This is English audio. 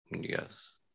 yes